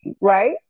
right